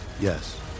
Yes